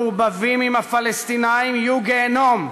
מעורבבים עם הפלסטינים, יהיו גיהינום.